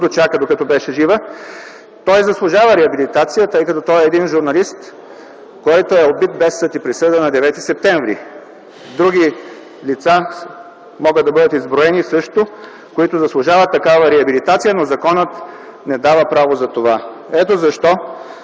дочака докато беше жива. Той заслужава реабилитация, тъй като е един журналист, който е убит без съд и присъда на 9 септември. Също могат да бъдат изброени и други лица, които заслужават такава реабилитация, но законът не дава право за това. Ето защо